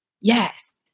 yes